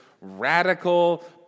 radical